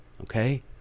okay